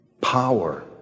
power